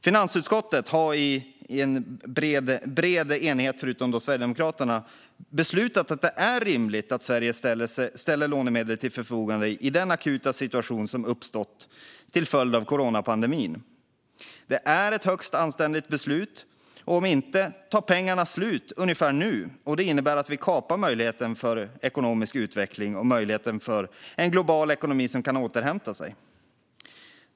Finansutskottet har i bred enighet, med undantag för Sverigedemokraterna, beslutat att det är rimligt att Sverige ställer lånemedel till förfogande i den akuta situation som uppstått till följd av coronapandemin. Det är ett högst anständigt beslut. Om det inte fattas tar pengarna slut ungefär nu. Det innebär att vi kapar möjligheten till ekonomisk utveckling och möjligheten till en global ekonomi som kan återhämta sig.